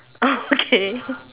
okay